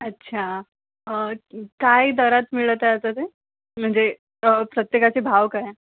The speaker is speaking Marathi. अच्छा काय दरात मिळतं आहे आता ते म्हणजे प्रत्येकाचे भाव काय